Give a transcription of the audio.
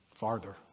Farther